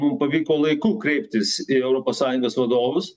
mum pavyko laiku kreiptis į europos sąjungos vadovus